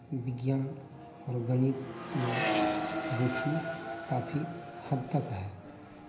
विज्ञान और गणित में रुचि काफी हद तक है